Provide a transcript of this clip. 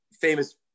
famous